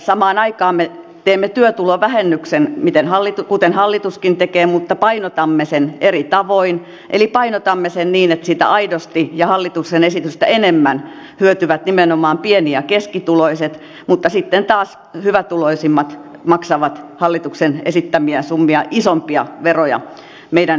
samaan aikaan me teemme työtulovähennyksen kuten hallituskin tekee mutta painotamme sen eri tavoin eli painotamme sen niin että siitä aidosti ja hallituksen esitystä enemmän hyötyvät nimenomaan pieni ja keskituloiset mutta sitten taas hyvätuloisimmat maksavat hallituksen esittämiä summia isompia veroja meidän esityksessämme